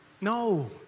No